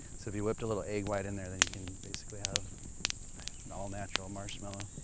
so if you whipped a little egg white in there than you can basically have an all natural marshmallow.